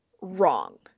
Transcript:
wrong